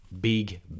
big